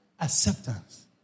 Acceptance